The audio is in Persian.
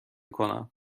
کنم